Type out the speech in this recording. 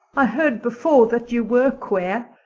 i heard before that you were queer.